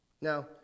Now